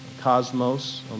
Cosmos